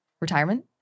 Retirement